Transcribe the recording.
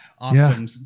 awesome